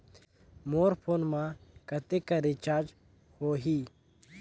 मोर phone मा कतेक कर रिचार्ज हो ही?